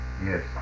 yes